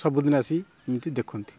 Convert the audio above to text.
ସବୁଦିନ ଆସି ଏମିତି ଦେଖନ୍ତି